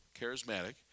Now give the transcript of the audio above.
charismatic